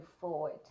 forward